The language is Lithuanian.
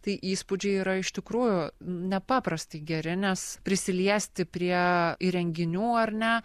tai įspūdžiai yra iš tikrųjų nepaprastai geri nes prisiliesti prie įrenginių ar ne